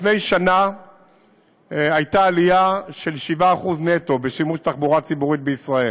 לפני שנה הייתה עלייה של 7% נטו בשימוש בתחבורה ציבורית בישראל.